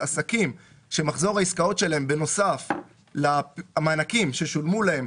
עסקים שמחזור העסקאות שלהם בנוסף למענקים ששולמו להם,